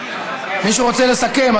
מישהו רוצה לסכם?